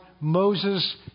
Moses